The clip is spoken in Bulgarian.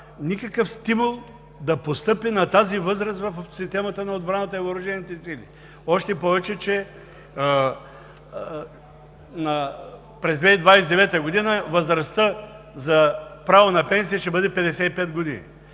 никакъв стимул да постъпи на тази възраст в системата на отбраната и въоръжените сили. Още повече че през 2029 г. възрастта за право на пенсия ще бъде 55 години.